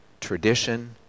tradition